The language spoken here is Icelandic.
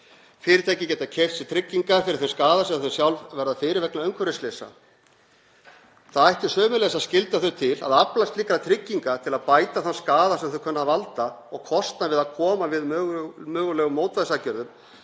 Fyrirtæki geta keypt sér tryggingar fyrir þeim skaða sem þau sjálf verða fyrir vegna umhverfisslysa. Það ætti sömuleiðis að skylda þau til að afla slíkra trygginga til að bæta þann skaða sem þau kunna að valda og kostnað við að koma við mögulegum mótvægisaðgerðum